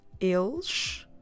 Eles